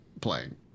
playing